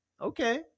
Okay